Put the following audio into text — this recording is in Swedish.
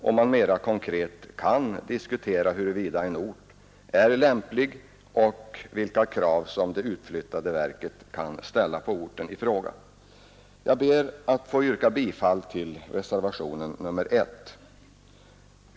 Då kan vi mera konkret diskutera huruvida en ort är lämplig och vilka krav som det utflyttade verket kan ställa på den. Jag ber att få yrka bifall till reservationen 1.